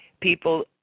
people